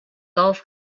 golf